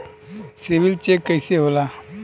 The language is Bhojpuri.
सिबिल चेक कइसे होला?